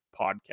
Podcast